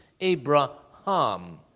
Abraham